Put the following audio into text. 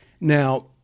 Now